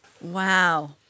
Wow